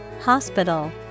hospital